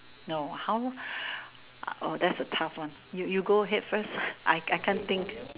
no how oh that's a tough one you you go ahead first I I can't think